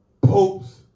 popes